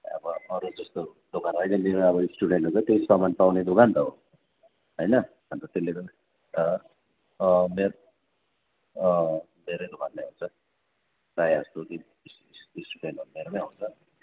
ए अब अरूको जस्तो दोकान होइन मेरो अब स्टुडेन्टहरूको त्यही सामान पाउने दोकान त हो होइन अन्त त्यसले गर्दा अँ मेरो अँ मेरै दोकानमा हुन्छ प्रायः जस्तो स्टुडेन्टहरू मेरैमा आउँछ